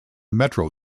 metro